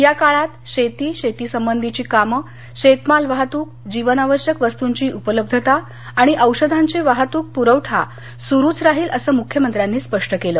या काळात शेती शेतीसंबंधीची कामं शेतमाल वाहतूक जीवनावश्यक वस्तूंची उपलब्धता आणि औषधांची वाहतूक पुरवठा सुरुच राहील असं मुख्यमंत्र्यांनी स्पष्ट केलं